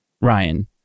Ryan